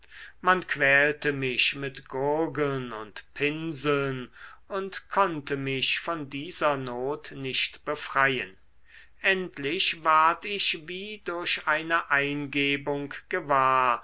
man quälte mich mit gurgeln und pinseln und konnte mich von dieser not nicht befreien endlich ward ich wie durch eine eingebung gewahr